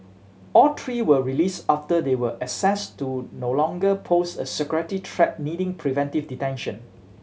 all three were released after they were assessed to no longer pose a security threat needing preventive detention